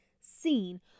seen